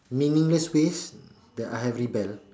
meaningless ways that I have rebel